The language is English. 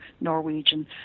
Norwegian